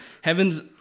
Heaven's